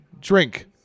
drink